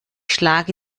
schlage